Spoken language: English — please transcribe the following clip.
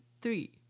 three